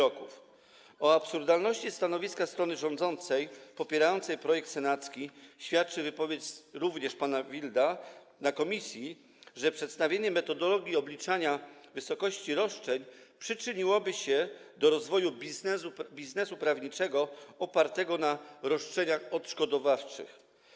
O absurdalności stanowiska strony rządzącej popierającej projekt senacki świadczy również wypowiedź pana Wilda na komisji, że przedstawienie metodologii obliczania wysokości roszczeń przyczyniłoby się do rozwoju biznesu prawniczego opartego na roszczeniach odszkodowawczych.